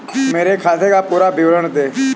मेरे खाते का पुरा विवरण दे?